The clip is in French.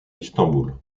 istanbul